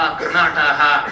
Karnataka